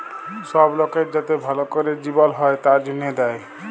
সব লকের যাতে ভাল ক্যরে জিবল হ্যয় তার জনহে দেয়